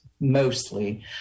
mostly